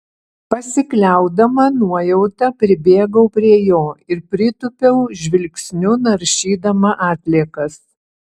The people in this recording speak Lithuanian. pasikliaudama nuojauta pribėgau prie jo ir pritūpiau žvilgsniu naršydama atliekas